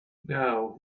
now